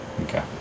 Okay